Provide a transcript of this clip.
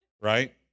right